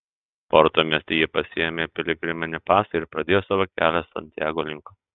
porto mieste ji pasiėmė piligriminį pasą ir pradėjo savo kelią santiago link